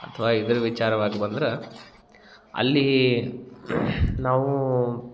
ಅಥವಾ ಇದ್ರ ವಿಚಾರವಾಗಿ ಬಂದ್ರೆ ಅಲ್ಲಿ ನಾವು